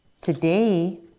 Today